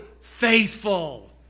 faithful